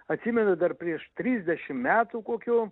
atsimenu dar prieš trisdešim metų kokių